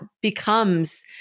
becomes